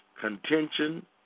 contention